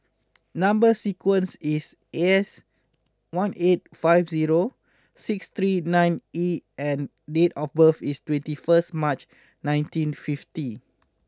number sequence is S one eight five zero six three nine E and date of birth is twenty first March nineteen fifty